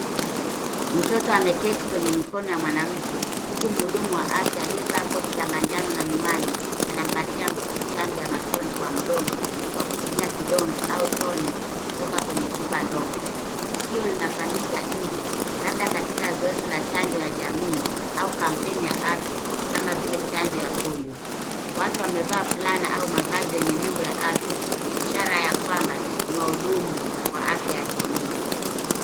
Mtoto ameketi kwenye mikono ya mwanamke huku mhudumu wa afya aliyevaa koti la manjano na miwani anampatia mtoto chanjo ya matone kwa mdomo kwa kutumia kidonge au tone kutoka kwenye chupa ndogo, tukio linafanyika nje labda katika zoezi la chanjo ya jamii au kampeni ya afya kama vile chanjo ya polio ,watu wamevaa fulana au mavazi yenye nembo ya afya ishara ya kwamba ni wahudumu wa afya ya jamii.